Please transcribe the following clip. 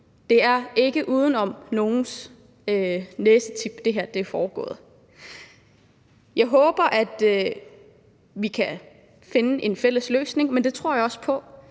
næsetip, at det her er foregået. Jeg håber, at vi kan finde en fælles løsning, og det tror jeg også på